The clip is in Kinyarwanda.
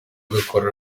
abikora